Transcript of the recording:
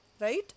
Right